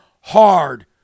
hard